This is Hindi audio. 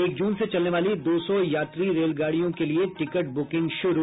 एक जून से चलने वाली दो सौ यात्री रेलगाड़ियों के लिये टिकट ब्रकिंग शुरू